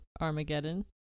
Armageddon